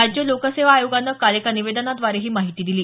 राज्य लोकसेवा आयोगानं काल एका निवेदनाद्वारे ही माहिती दिली